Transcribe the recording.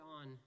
on